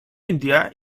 india